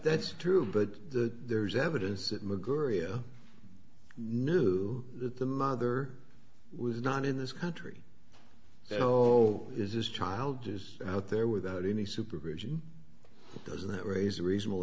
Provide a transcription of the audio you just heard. that's true but the there's evidence at mcgirr you knew the mother was not in this country so is this child just out there without any supervision doesn't that raise a reasonable